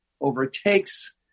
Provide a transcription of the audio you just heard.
overtakes